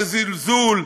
זה זלזול,